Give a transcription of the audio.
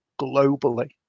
globally